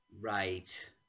Right